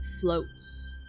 floats